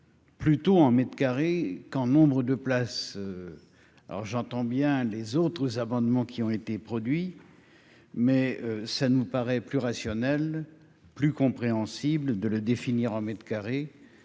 Plutôt en mètre carré quand nombre de places, alors j'entends bien les autres amendements qui ont été produits, mais ça nous paraît plus rationnel, plus compréhensible de le définir mètre carré